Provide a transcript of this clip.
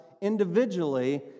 individually